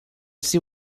see